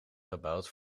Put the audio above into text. gebouwd